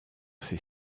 ses